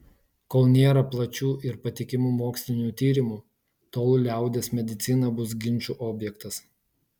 kol nėra plačių ir patikimų mokslinių tyrimų tol liaudies medicina bus ginčų objektas